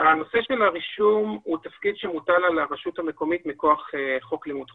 הנושא של הרישום הוא תפקיד שמוטל על הרשות המקומית מכוח חוק לימוד חובה.